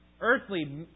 earthly